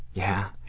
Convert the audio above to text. yeah.